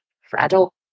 fragile